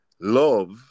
love